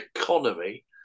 economy